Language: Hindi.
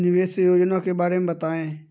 निवेश योजना के बारे में बताएँ?